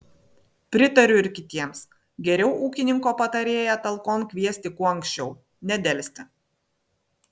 patariu ir kitiems geriau ūkininko patarėją talkon kviestis kuo anksčiau nedelsti